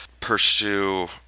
pursue